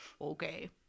Okay